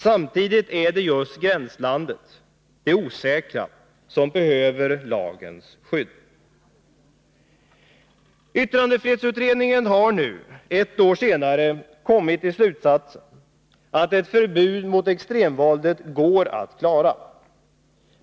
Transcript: Samtidigt är det just gränslandet — det osäkra — som behöver lagens skydd. Yttrandefrihetsutredningen har nu — ett år senare — kommit till slutsatsen att ett förbud mot extremvåldet går att klara.